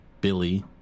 Billy